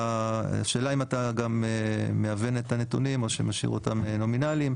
השאלה היא אם אתה גם מהוון את הנתונים או שמשאיר אותם נומינליים.